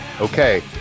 okay